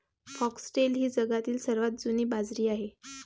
foxtail ही जगातील सर्वात जुनी बाजरी आहे